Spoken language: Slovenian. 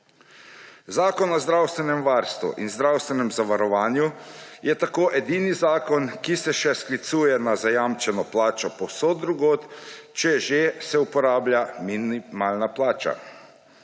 Zakon o zdravstvenem varstvu in zdravstvenem zavarovanju je tako edini zakon, ki se še sklicuje na zajamčeno plačo, povsod drugo, če že, se uporablja minimalna plača.